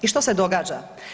I što se događa?